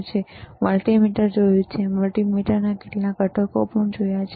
પછી આપણે મલ્ટિમીટર જોયું આપણે મલ્ટિમીટરને કેટલાક ઘટકો સાથે જોડ્યા છે